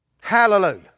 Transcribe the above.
Hallelujah